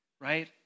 right